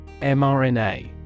mRNA